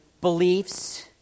beliefs